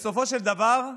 בסופו של דבר,